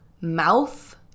mouth